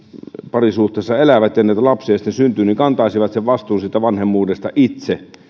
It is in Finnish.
parisuhteessa elävät ja lapsia sitten syntyy kantaisivat vastuun siitä vanhemmuudesta itse